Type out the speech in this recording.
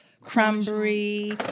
cranberry